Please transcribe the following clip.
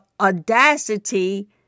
audacity